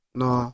no